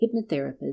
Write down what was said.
hypnotherapist